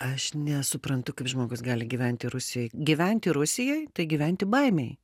aš nesuprantu kaip žmogus gali gyventi rusijoj gyventi rusijoj tai gyventi baimėj